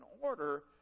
order